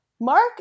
Mark